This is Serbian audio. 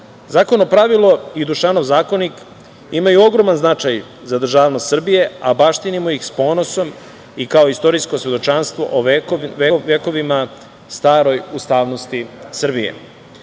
pravilo. Zakonopravilo i Dušanov zakonik imaju ogroman značaj za državnost Srbije, a baštinimo ih s ponosom i kao istorijsko svedočanstvo o vekovima staroj ustavnosti Srbije. Moderna